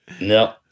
No